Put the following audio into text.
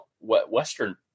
Western